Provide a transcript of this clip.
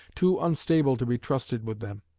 too unstable to be trusted with them.